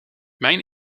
mijn